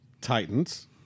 Titans